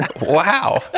Wow